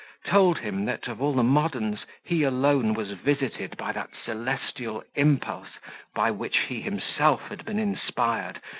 told him, that, of all the moderns, he alone was visited by that celestial impulse by which he himself had been inspired,